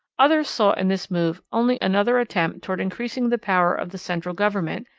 others saw in this move only another attempt toward increasing the power of the central government,